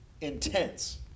intense